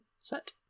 set